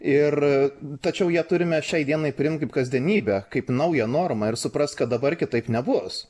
ir tačiau ją turime šiai dienai priimt kaip kasdienybę kaip naują normą ir suprast kad dabar kitaip nebus